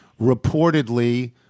reportedly